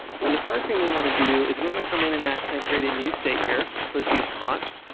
so the first thing we want to do is we want to come in and and create a new state here. so let's do const